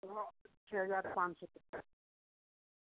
छह हज़ार पाँच सौ तक का